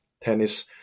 tennis